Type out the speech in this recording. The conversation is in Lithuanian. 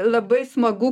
labai smagu